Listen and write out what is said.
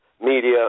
media